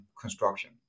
construction